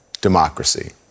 democracy